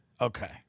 Okay